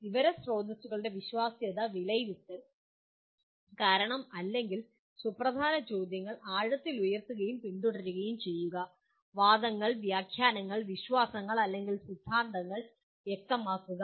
വിവര സ്രോതസ്സുകളുടെ വിശ്വാസ്യത വിലയിരുത്തൽ കാരണങ്ങൾ അല്ലെങ്കിൽ സുപ്രധാന ചോദ്യങ്ങൾ ആഴത്തിൽ ഉയർത്തുകയും പിന്തുടരുകയും ചെയ്യുക വാദങ്ങൾ വ്യാഖ്യാനങ്ങൾ വിശ്വാസങ്ങൾ അല്ലെങ്കിൽ സിദ്ധാന്തങ്ങൾ വ്യക്തമാക്കുക